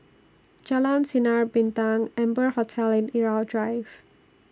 Jalan Sinar Bintang Amber Hotel and Irau Drive